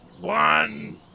one